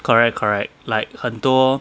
correct correct like 很多